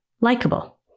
likable